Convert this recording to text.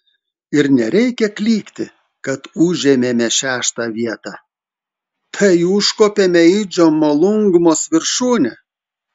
ir nereikia klykti kad užėmėme šeštą vietą tai užkopėme į džomolungmos viršūnę